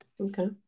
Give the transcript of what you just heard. Okay